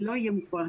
זה לא יהיה מובן,